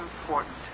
important